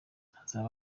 hakazaba